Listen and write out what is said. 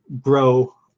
grow